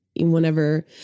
whenever